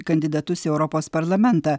kandidatus į europos parlamentą